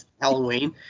Halloween